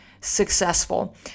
successful